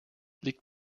liegt